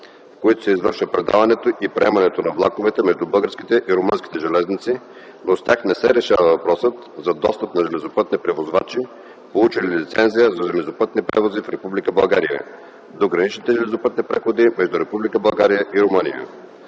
в които се извършва предаването и приемането на влаковете между българските и румънските железници, но с тях не се решава въпросът за достъп на железопътни превозвачи, получили лицензия за железопътни превози в Република България, до граничните железопътни преходи между Република